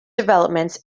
developments